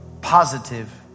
positive